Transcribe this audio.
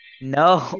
No